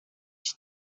phd